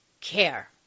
care